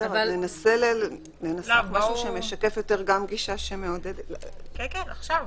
ננסה משהו שמשקף יותר גישה שמעודדת --- עכשיו.